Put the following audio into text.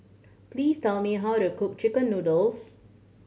please tell me how to cook chicken noodles